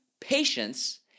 patience